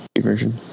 version